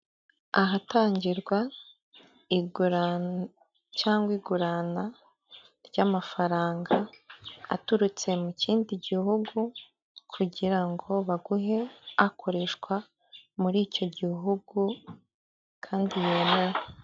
Ahatangirwa igura cyangwa igurana ry'amafaranga aturutse mu kindi gihugu kugira ngo baguhe akoreshwa muri icyo gihugu kandi yemewe.